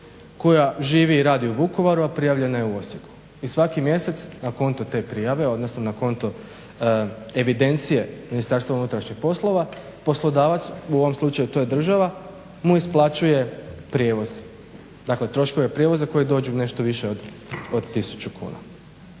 koja živi i radi u Vukovaru, a prijavljena je u Osijeku. I svaki mjesec na konto te prijave, odnosno na konto evidencije Ministarstva unutarnjih poslova poslodavac, u ovom slučaju to je država, mu isplaćuje prijevoz. Dakle, troškove prijevoza koji dođu nešto više od 1000 kuna.